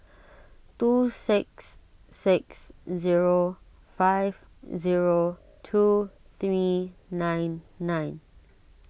two six six zero five zero two three nine nine